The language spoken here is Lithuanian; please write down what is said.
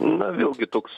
na vėlgi toks